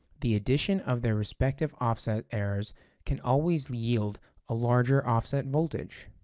the addition of their respective offset errors can always yield a larger offset voltage.